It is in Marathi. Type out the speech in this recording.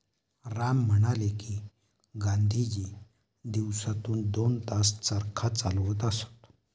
राम म्हणाले की, गांधीजी दिवसातून दोन तास चरखा चालवत असत